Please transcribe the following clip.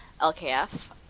LKF